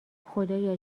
خدایا